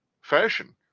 fashion